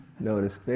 notice